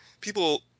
people